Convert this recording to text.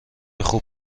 خوب